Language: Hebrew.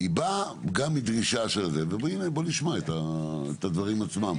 היא באה גם מדרישה, ובואו נשמע את הדברים עצמם.